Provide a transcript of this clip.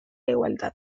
igualdad